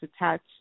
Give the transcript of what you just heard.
attached